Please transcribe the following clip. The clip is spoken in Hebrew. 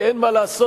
כי אין מה לעשות,